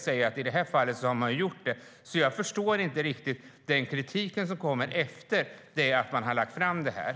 I det här fallet gjorde man det, och jag förstår därför inte riktigt den kritik som kommer efter framläggandet.